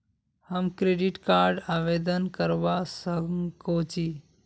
हम credit card आवेदन करवा संकोची?